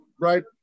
right